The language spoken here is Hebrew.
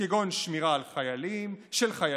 כגון שמירה של חיילים